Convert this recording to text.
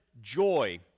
joy